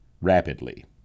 rapidly